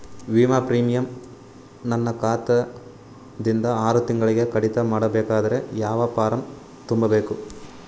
ವಿಮಾ ಪ್ರೀಮಿಯಂ ನನ್ನ ಖಾತಾ ದಿಂದ ಆರು ತಿಂಗಳಗೆ ಕಡಿತ ಮಾಡಬೇಕಾದರೆ ಯಾವ ಫಾರಂ ತುಂಬಬೇಕು?